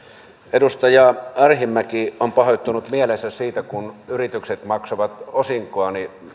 edustaja arhinmäki on pahoittanut mielensä siitä että yritykset maksavat osinkoa